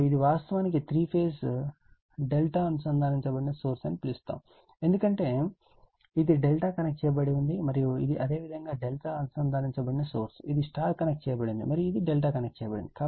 మరియు ఇది వాస్తవానికి 3 ఫేజ్ ∆ అనుసంధానించబడిన సోర్స్ అని పిలుస్తాము ఎందుకంటే ఇది ∆ కనెక్ట్ చేయబడింది మరియు ఇది అదేవిధంగా ∆ అనుసంధానించబడిన సోర్స్ ఇది Y కనెక్ట్ చేయబడింది మరియు ఇది ∆ కనెక్ట్ చేయబడింది